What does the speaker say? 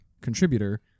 contributor